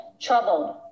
troubled